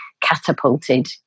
catapulted